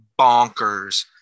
bonkers